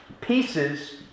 pieces